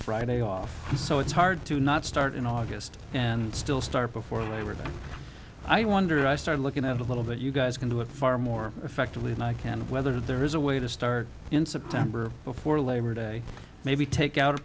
friday off so it's hard to not start in august and still start before labor day i wonder i started looking at a little bit you guys going to have far more effectively than i can whether there is a way to start in september before labor day maybe take out a